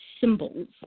symbols